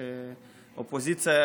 ואני חושב שבאופוזיציה,